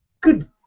Good